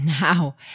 Now